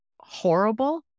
horrible